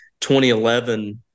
2011